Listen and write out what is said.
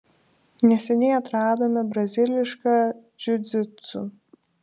neseniai atradome brazilišką džiudžitsu